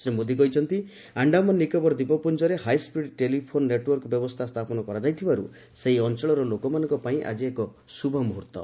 ଶ୍ରୀ ମୋଦୀ କହିଛନ୍ତି ଆଶ୍ଡାମାନ ନିକୋବର ଦ୍ୱୀପପୁଞ୍ଜରେ high speed telephone network ବ୍ୟବସ୍ଥା ସ୍ଥାପନ ହୋଇପାରିଥିବାରୁ ସେହି ଅଞ୍ଚଳର ଲୋକମାନଙ୍କ ପାଇଁ ଆକି ଏକ ଶୁଭମୁହୂର୍ତ୍ତ